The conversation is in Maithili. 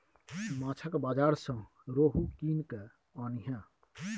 माछक बाजार सँ रोहू कीन कय आनिहे